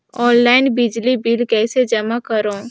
Online बिजली bill कइसे जमा करव?